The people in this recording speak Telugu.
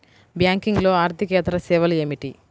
బ్యాంకింగ్లో అర్దికేతర సేవలు ఏమిటీ?